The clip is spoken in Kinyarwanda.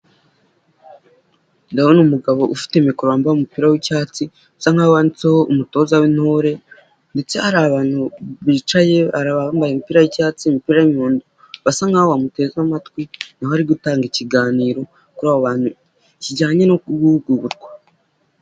Ndabona ni umugabo ufite mikoro wambaye umupira w'icyatsi usa handitseho umutoza w'intore ndetse hari abantu bicaye bambaye imipira y'icyatsi imipira y'umuhondo basa nk'aho bamuteze amatwi, arimo ari gutanga ikiganiro kuri abo bantu kijyanye no guhugurwa.